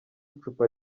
icupa